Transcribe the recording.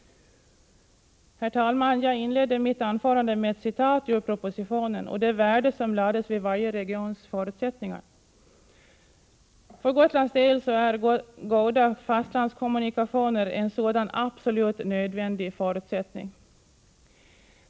Herr talman! Jag inledde mitt anförande med ett citat ur propositionen och det värde som fästes vid varje regions förutsättningar. För Gotlands del är goda fastlandskommunikationer en sådan absolut nödvändig förutsättning.